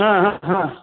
ह ह हा